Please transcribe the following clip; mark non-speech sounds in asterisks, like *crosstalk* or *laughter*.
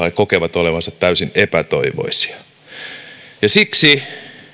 *unintelligible* he kokevat olevansa täysin epätoivoisia ja siksi